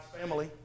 family